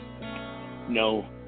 No